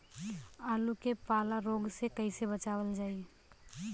आलू के पाला रोग से कईसे बचावल जाई?